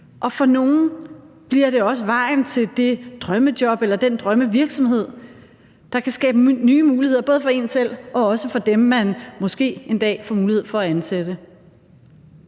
og for nogle bliver det også vejen til det drømmejob eller den drømmevirksomhed, der kan skabe nye muligheder både for en selv og også for dem, som man måske en dag får mulighed for at ansætte.